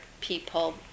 people